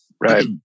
Right